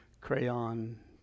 crayon